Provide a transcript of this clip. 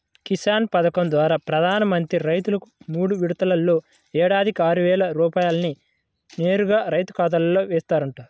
కిసాన్ పథకం ద్వారా ప్రధాన మంత్రి రైతుకు మూడు విడతల్లో ఏడాదికి ఆరువేల రూపాయల్ని నేరుగా రైతు ఖాతాలో ఏస్తారంట